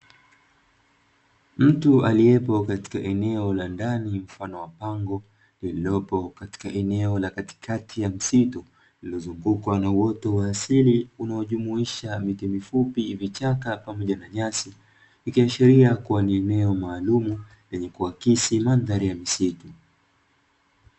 Mtu aliyepo katika eneo la ndani mfano wa pango, lililopo katika eneo la katikati ya msitu lililozungukwa na uoto wa asili unaojumuisha miti mifupi, vichaka pamoja na nyasi, ikiashiria kuwa ni eneo maalumu lenye kuakisi mandhari ya misitu.